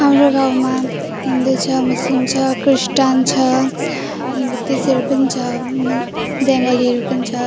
हाम्रो गाउँमा हिन्दू छ मुस्लिम छ क्रिस्चियन छ बुद्धिस्टहरू पनि छ बङ्गालीहरू पनि छ